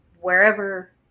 wherever